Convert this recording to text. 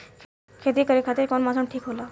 खेती करे खातिर कौन मौसम ठीक होला?